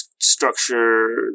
structure